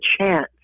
chance